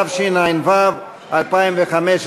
התשע"ו 2015: